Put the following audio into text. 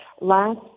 last